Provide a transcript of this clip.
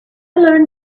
learn